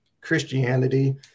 Christianity